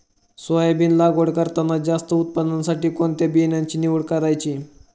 Soybean लागवड करताना जास्त उत्पादनासाठी कोणत्या बियाण्याची निवड करायची?